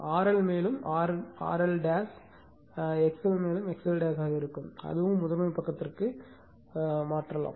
R L மேலும் R L X L' X L ஆக இருக்கும் அதுவும் முதன்மை பக்கத்திற்கு மாற்றப்படலாம்